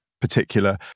particular